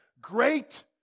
great